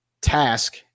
task